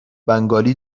بنگالی